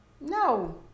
no